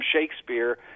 Shakespeare